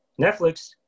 Netflix